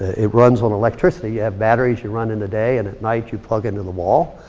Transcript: it runs on electricity. you have batteries you run in the day, and at night you plug into the wall.